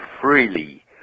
freely